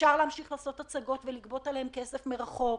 אפשר להמשיך לעשות הצגות ולגבות עליהן כסף מרחוק,